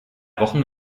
wochen